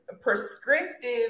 prescriptive